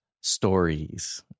stories